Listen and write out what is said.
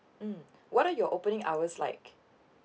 mm what are your opening hours like